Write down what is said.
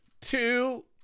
Two